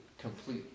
complete